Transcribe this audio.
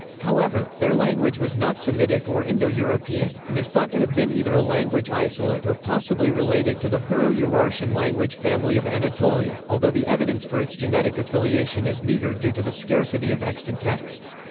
however, their language was not semitic or indo-european, and is thought to have been either a language isolate or possibly related to the hurro-urartian language family of anatolia, although the evidence for its genetic affiliation is meager due to the scarcity of extant texts.